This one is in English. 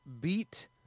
beat